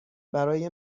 برای